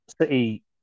City